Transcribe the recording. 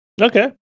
Okay